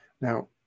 Now